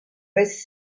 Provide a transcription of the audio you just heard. best